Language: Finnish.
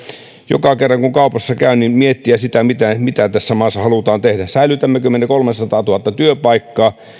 joka kerran kun kaupassa käy miettiä sitä mitä mitä tässä maassa halutaan tehdä säilytämmekö me ne kolmesataatuhatta työpaikkaa